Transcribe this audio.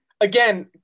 again